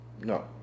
No